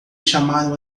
chamaram